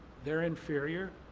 they're inferior.